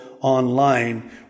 online